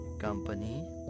company